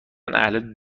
اهل